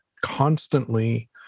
constantly